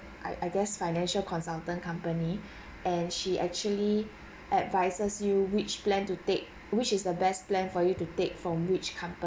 I I guess financial consultant company and she actually advises you which plan to take which is the best plan for you to take from which company